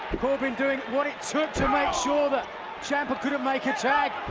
corbin doing what it took to make sure that ciampa couldn't make a tag.